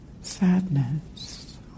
sadness